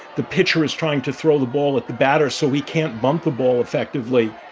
the pitcher is trying to throw the ball at the batter so he can't bump the ball effectively.